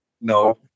no